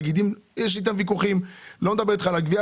אני לא מדבר איתך על הגבייה.